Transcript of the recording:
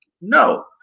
No